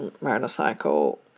motorcycle